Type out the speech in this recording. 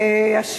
תודה,